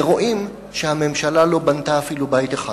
ורואים שהממשלה לא בנתה אפילו בית אחד,